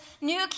new